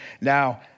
Now